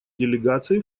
делегаций